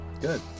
good